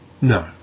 No